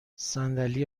صندلی